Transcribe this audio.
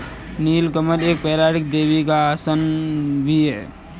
नील कमल एक पौराणिक देवी का आसन भी है